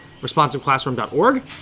responsiveclassroom.org